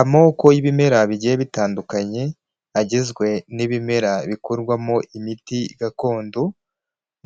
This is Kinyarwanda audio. Amoko y'ibimera bigiye bitandukanye agizwe n'ibimera bikorwamo imiti gakondo.